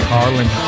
Carlin